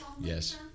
Yes